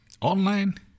Online